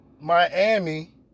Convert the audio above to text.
Miami